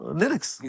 lyrics